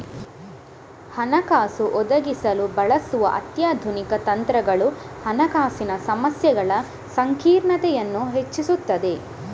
ಹಣಕಾಸು ಒದಗಿಸಲು ಬಳಸುವ ಅತ್ಯಾಧುನಿಕ ತಂತ್ರಗಳು ಹಣಕಾಸಿನ ಸಮಸ್ಯೆಗಳ ಸಂಕೀರ್ಣತೆಯನ್ನು ಹೆಚ್ಚಿಸುತ್ತವೆ